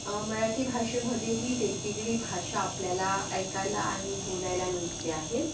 मराठी भाषेमध्ये ही वेगवेगळी भाषा आपल्याला ऐकायला आणि बोलायला मिळते आहे